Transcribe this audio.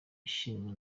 ishyirwa